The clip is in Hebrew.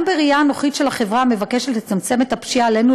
גם בראייה אנוכית של חברה המבקשת לצמצם את הפשיעה עלינו